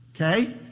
Okay